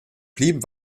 blieben